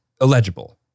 illegible